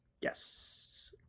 Yes